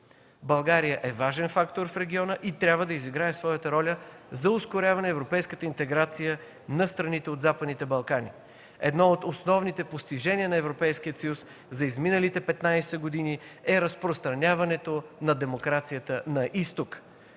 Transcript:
България е важен фактор в региона и трябва да изиграе своята роля за ускоряване на европейската интеграция на страните от Западните Балкани. Едно от основните постижения на Европейския съюз за изминалите 15 години е разпространяването на демокрацията на Изток.